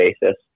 basis